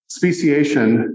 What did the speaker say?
speciation